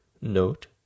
note